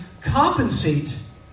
compensate